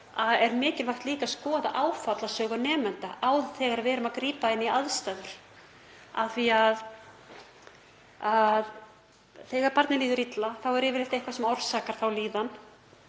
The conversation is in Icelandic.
er mikilvægt líka að skoða áfallasögu nemenda þegar við erum að grípa inn í aðstæður af því að þegar barni líður illa er yfirleitt eitthvað sem orsakar þá líðan.